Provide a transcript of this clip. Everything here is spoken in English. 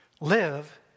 Live